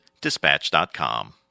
Dispatch.com